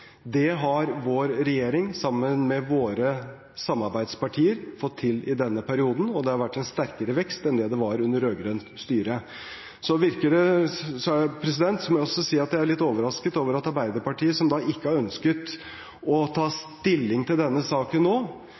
Det har vår regjering sammen med våre samarbeidspartier fått til i denne perioden, og det har vært en sterkere vekst enn det det var under rød-grønt styre. Jeg må også si at jeg er litt overrasket over at Arbeiderpartiet, som ikke har ønsket å ta stilling til denne saken nå,